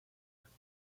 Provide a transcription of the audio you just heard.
group